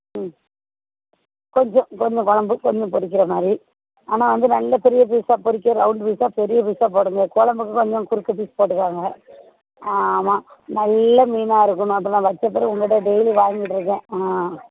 ம் கொஞ்சம் கொஞ்சம் கொழம்பு கொஞ்சம் பொரிக்கிற மாதிரி ஆனால் வந்து நல்லா பெரிய பீஸாக பொரிக்க ரௌண்ட்டு பீஸாக பெரிய பீஸாக போடுங்க கொழம்புக்கு கொஞ்சம் குறுக்கு பீஸ் போட்டுக்கோங்க ஆமாம் நல்ல மீனாக இருக்கணும் இப்போ நான் வைச்ச பிறவு உங்கள் கிட்டே டெய்லி வாங்கிகிட்டு இருக்கேன் ஆ